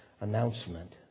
announcement